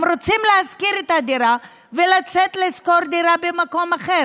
הם רוצים להשכיר את הדירה ולצאת לשכור דירה במקום אחר